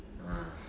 mm